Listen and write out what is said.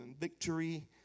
victory